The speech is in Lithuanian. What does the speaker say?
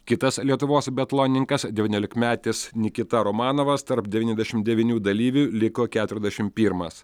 kitas lietuvos biatlonininkas devyniolikmetis nikita romanovas tarp devyniasdešim devynių dalyvių liko keturiasdešim pirmas